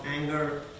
anger